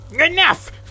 Enough